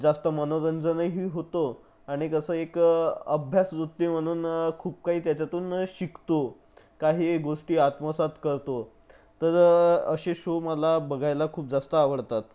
जास्त मनोरंजनही होतं आणि जसं एक अभ्यासवृत्ती म्हणून खूप काही त्याच्यातून शिकतो काही गोष्टी आत्मसात करतो तर असे शो मला बघायला खूप जास्त आवडतात